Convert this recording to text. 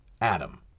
Adam